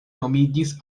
nomiĝis